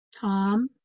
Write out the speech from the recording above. Tom